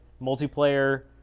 multiplayer